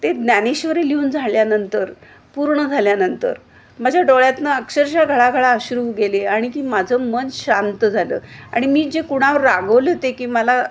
ते ज्ञानेश्वरी लिहून झाल्यानंतर पूर्ण झाल्यानंतर माझ्या डोळ्यातनं अक्षरशः घळाघळा अश्रू गेले आणि की माझं मन शांत झालं आणि मी जे कुणावर रागवले होते की मला